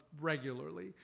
regularly